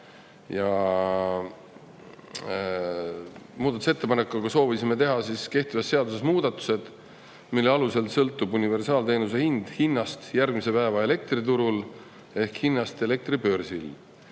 Muudatusettepanekuga soovisime teha kehtivas seaduses muudatused, mille alusel sõltub universaalteenuse hind järgmise päeva hinnast elektriturul ehk hinnast elektribörsil.